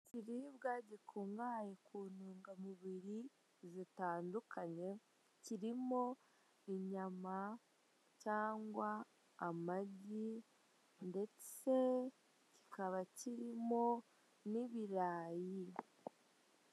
Ikiribwa gikungahaye ku ntungamubiri zitandukanye kirimo inyama cyangwa amagi, ndetse kikaba kirimo n'ibirayi.